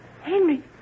Henry